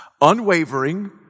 Unwavering